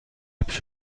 پیش